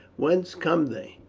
whence come they?